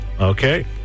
Okay